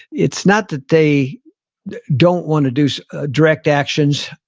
it's not that they don't want to do direct actions,